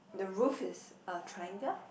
the roof is triangle